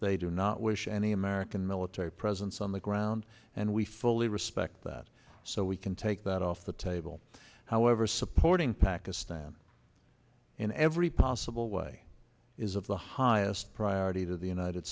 they do not wish any american military presence on the ground and we fully respect that so we can take that off the table however supporting pakistan in every possible way is of the highest priority to the united